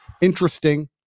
interesting